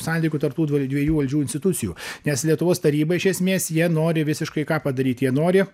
santykių tarp tų dviejų valdžių institucijų nes lietuvos taryba iš esmės jie nori visiškai ką padaryt jie nori